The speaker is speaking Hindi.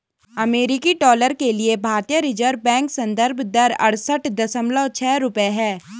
अमेरिकी डॉलर के लिए भारतीय रिज़र्व बैंक संदर्भ दर अड़सठ दशमलव छह रुपये है